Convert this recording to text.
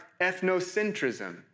ethnocentrism